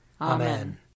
Amen